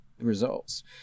results